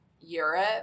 europe